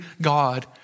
God